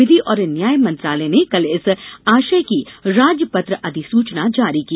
विधि और न्याय मंत्रालय ने कल इस आशय की राजपत्र अधिसूचना जारी की